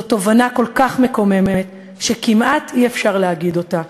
זו תובנה כל כך מקוממת שכמעט אי-אפשר להגיד אותה.